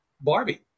Barbie